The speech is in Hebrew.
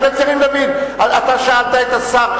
חבר הכנסת יריב לוין, אתה שאלת את השר.